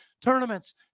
tournaments